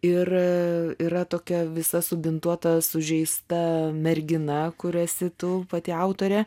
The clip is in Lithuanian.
ir yra tokia visa subintuota sužeista mergina kur esi tu pati autorė